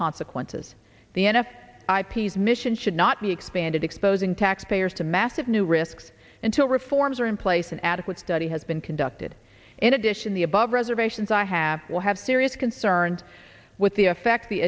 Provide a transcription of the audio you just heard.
consequences the n f i p s mission should not be expanded exposing taxpayers to massive new risks until reforms are in place and adequate study has been conducted in addition the above reservations i have will have serious concerned with the effect the